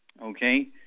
okay